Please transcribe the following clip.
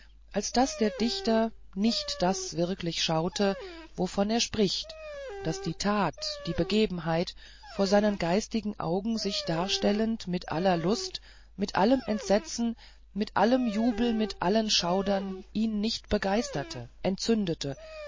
als daß der dichter nicht das wirklich schaute wovon er spricht daß die tat die begebenheit vor seinen geistigen augen sich darstellend mit aller lust mit allem entsetzen mit allem jubel mit allen schauern ihn nicht begeisterte entzündete